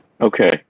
Okay